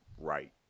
right